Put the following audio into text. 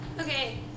Okay